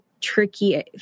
tricky